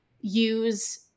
use